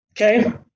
Okay